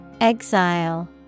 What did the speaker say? Exile